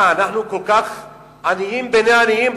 מה, אנחנו כל כך עניים בני עניים?